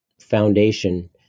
foundation